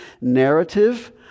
narrative